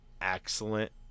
excellent